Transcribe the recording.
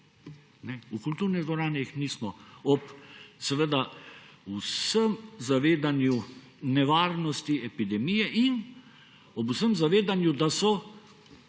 V kulturne dvorane jih nismo, ob vsem zavedanju nevarnosti epidemije in ob vsem zavedanju, da so